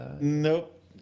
nope